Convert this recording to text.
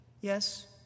Yes